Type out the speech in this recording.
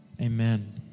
amen